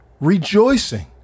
rejoicing